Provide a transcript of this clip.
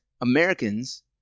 Americans